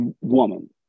woman